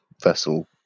vessel